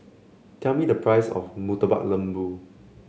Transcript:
tell me the price of Murtabak Lembu